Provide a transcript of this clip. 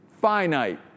finite